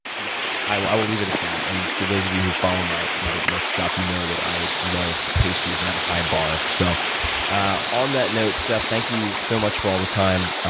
yeah i will i will leave it at that, and for those of you who follow my my stuff, you know that i love pastries and i have a high bar. so ah on that note seth, thank you so much for all the time.